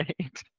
right